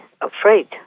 afraid